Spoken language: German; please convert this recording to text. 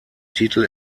titel